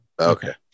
Okay